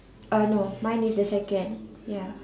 uh no mine is the second ya